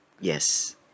Yes